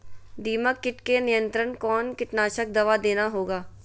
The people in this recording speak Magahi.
दीमक किट के नियंत्रण कौन कीटनाशक दवा देना होगा?